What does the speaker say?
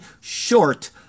short